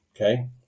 okay